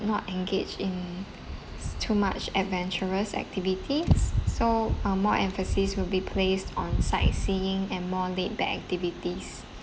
not engage in s~ too much adventurous activities so uh more emphasis will be placed on sightseeing and more laid back activities